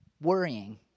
worrying